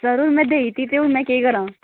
पढ़ी ते में देई दित्ती ते में केह् करां